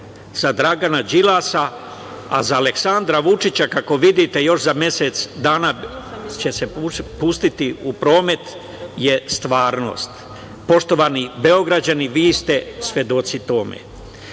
za Dragana Đilasa, a za Aleksandra Vučića, kako vidite još za mesec dana će se pustiti u promet, je stvarnost. Poštovani Beograđani, vi ste svedoci tome. Tako